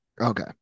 Okay